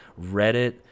Reddit